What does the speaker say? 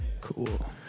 Cool